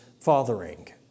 fathering